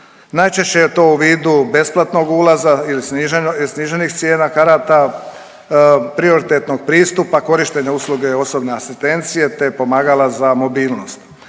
Najčešće je to u vidu besplatnog ulaza ili sniženih cijena karata, prioritetnog pristupa korištenja usluge osobne asistencije, te pomagala za mobilnost.